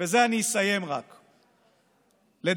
ובזה אני אסיים: לדעתי,